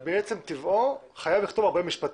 טבעו חייב לכתוב הרבה משפטים.